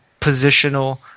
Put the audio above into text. positional